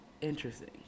Interesting